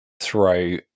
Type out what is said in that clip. throw